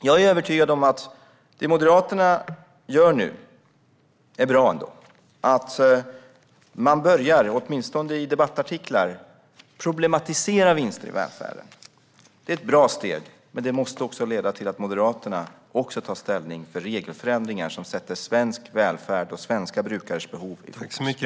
Jag är övertygad om att det som Moderaterna nu gör ändå är bra. De börjar, åtminstone i debattartiklar, problematisera vinster i välfärden. Det är ett bra steg. Men det måste leda till att Moderaterna också tar ställning för regelförändringar som sätter svensk välfärd och svenska brukares behov främst.